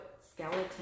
skeleton